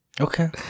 okay